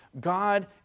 God